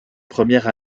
première